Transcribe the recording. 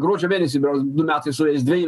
gruodžio mėnesį berods du metai sueis dveji